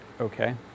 okay